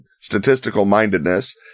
statistical-mindedness